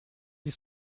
ils